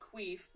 queef